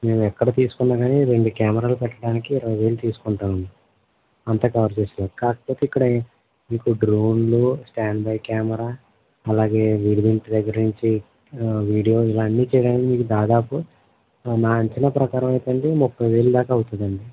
మేమెక్కడ తీసుకున్నా కానీ రెండు కెమెరాలు పెట్టడానికి ఇరవై వేలు తీసుకుంటామండి అంతా కవర్ చేసేలా కాకపోతే ఇక్కడ మీకు డ్రోన్లు స్టాండ్ బై క్యామరా అలాగే విడిది ఇంటి దగ్గిరి నించి వీడియోలు అన్నీ చేయడానికి మీకు దాదాపు నా అంచనా ప్రకారం అయితే అండి ముప్పై వేలు దాకా అవుతదండి